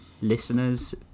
listeners